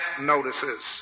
notices